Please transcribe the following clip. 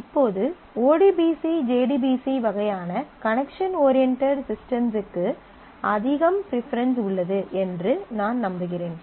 இப்போது ODBC JDBC வகையான connection oriented ஸிஸ்டெம்ஸுக்கு ப்ரீபெரென்ஸ் அதிகம் என்று நான் நம்புகிறேன்